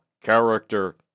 character